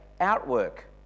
outwork